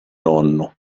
nonno